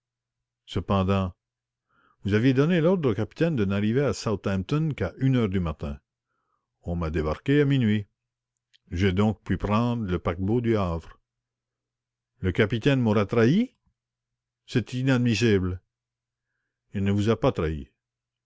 cependant vous aviez donné l'ordre au capitaine de n'arriver à southampton qu'à une heure du matin on m'a débarqué à minuit j'ai donc pu prendre le paquebot du havre le capitaine m'aurait trahi c'est inadmissible il ne vous a pas trahi